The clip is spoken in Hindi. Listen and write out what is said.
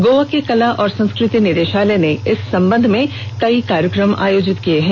गोवा के कला और संस्कृति निदेशालय ने इस संबंध में कई कार्यक्रम आयोजित किये हैं